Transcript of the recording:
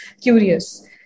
curious